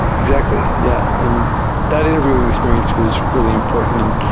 exactly, yeah. and that interview ing experience was really important, and